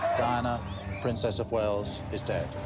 diana princess of wales, is dead.